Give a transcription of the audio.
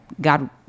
God